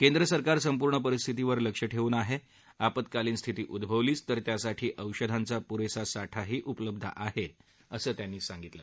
केंद्र सरकार संपूर्ण परिस्थितीवर लक्ष ठेवून आहे आपत्कालीन स्थिती उद्भवलीच तर त्यासाठी औषधांचा पुरेसा साठीही उपलब्ध आहे असं त्यांनी सांगितलं